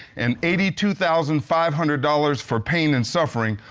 and eighty two thousand five hundred dollars for pain and suffering,